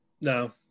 no